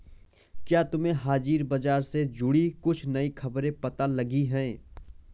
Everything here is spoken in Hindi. क्या तुम्हें हाजिर बाजार से जुड़ी कुछ नई खबरें पता लगी हैं?